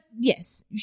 yes